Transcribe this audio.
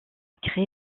créé